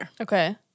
Okay